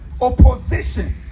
opposition